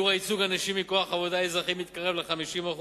שיעור הייצוג של הנשים בכוח העבודה האזרחי מתקרב ל-50%.